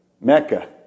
Mecca